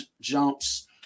jumps